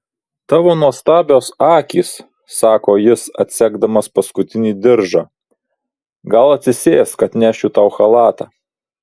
tavo nuostabios akys sako jis atsegdamas paskutinį diržą gal atsisėsk atnešiu tau chalatą